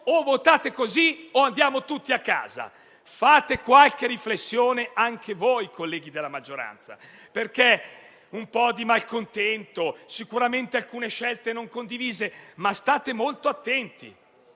o votate così o andiamo tutti a casa. Fate qualche riflessione anche voi, colleghi della maggioranza, perché un po' di malcontento c'è e sicuramente alcune scelte non sono condivise. State molto attenti,